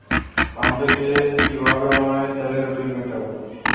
পাম্পে গিয়ে কিভাবে অনলাইনে তেলের বিল মিটাব?